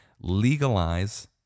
legalize